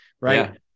Right